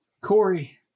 Corey